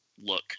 look